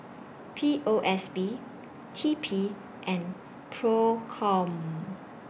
P O S B T P and PROCOM